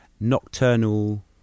nocturnal